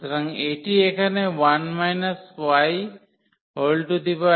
সুতরাং এটি এখানে 1 ym 1